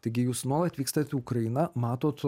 taigi jūs nuolat vykstat į ukrainą matot